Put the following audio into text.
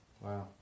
Wow